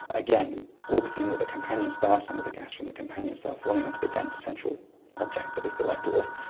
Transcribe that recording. again orbiting with a companion star, some of the gas from the companion star falling onto the dense central object that is the white dwarf,